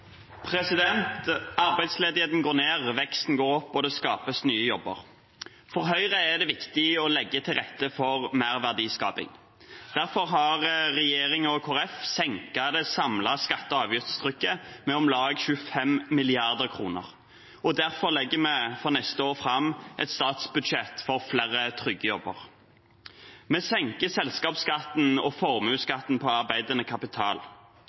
det viktig å legge til rette for mer verdiskaping. Derfor har regjeringen og Kristelig Folkeparti senket det samlede skatte- og avgiftstrykket med om lag 25 mrd. kr, og derfor legger vi for neste år fram et statsbudsjett for flere trygge jobber. Vi senker selskapsskatten og formuesskatten på arbeidende kapital.